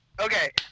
Okay